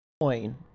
coin